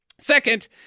Second